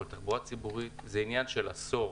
אבל תחבורה ציבורית זה עניין של עשור,